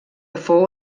fou